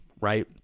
right